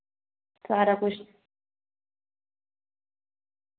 सारा कुछ